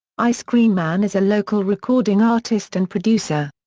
ice-cream man is a local recording artist and producer.